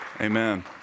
Amen